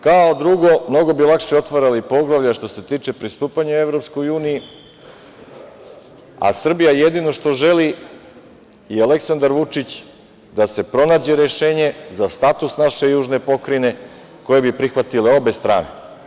Kao drugo, mnogo bi lakše otvarali poglavlja što se tiče pristupanja EU, a Srbija jedino što želi i Aleksandar Vučić, je da se pronađe rešenje za status naše južne pokrajine koje bi prihvatile obe strane.